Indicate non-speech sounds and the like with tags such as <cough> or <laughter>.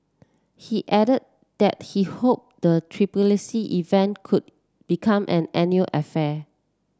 he added that he hoped the <unintelligible> event could become an annual affair